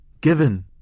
given